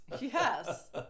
Yes